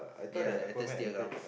ya the actor still around